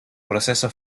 proceso